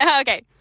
Okay